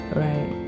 right